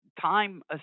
time